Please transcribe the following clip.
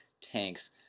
tanks